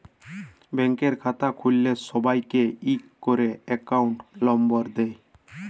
ব্যাংকের খাতা খুল্ল্যে সবাইকে ইক ক্যরে একউন্ট লম্বর দেয়